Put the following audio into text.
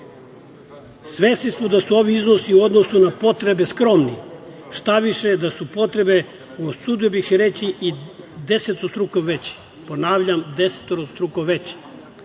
smo da su ovi iznosi u odnosu na potrebe skromni, štaviše da su potrebe, usudio bih se reći, i desetostruko veće, ponavljam, desetostruko veće.